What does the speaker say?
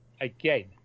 again